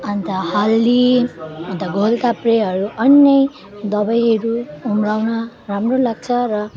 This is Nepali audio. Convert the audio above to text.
अन्त हर्दी अन्त घोडताप्रेहरू अन्यै दबाईहरू उमार्न राम्रो लाग्छ र